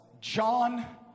John